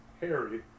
Harry